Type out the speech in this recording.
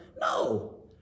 No